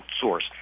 source